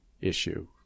issue